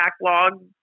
backlog